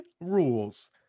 rules